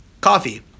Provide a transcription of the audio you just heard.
Coffee